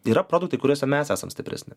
yra produktai kuriuose mes esam stipresni